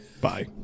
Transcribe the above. Bye